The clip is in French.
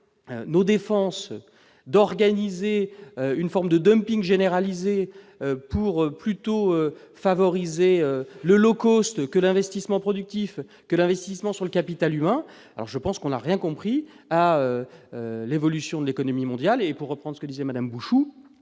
nos défenses d'organiser une forme de dumping généralisé pour plutôt favorisé le low-cost que l'investissement productif que l'investissement sur le capital humain, alors je pense qu'on n'a rien compris à l'évolution de l'économie mondiale et pour reprendre que disait Madame Bouchoux,